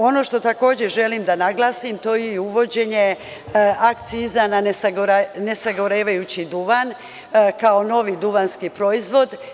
Ono što takođe želim da naglasim jeste uvođenje akciza na nesagorevajući duvan kao novi duvanski proizvod.